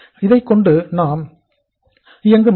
இதைக் கொண்டு நாம் இயங்க முடியாது